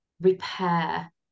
repair